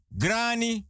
granny